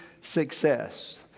success